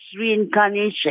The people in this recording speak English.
reincarnation